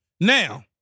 Now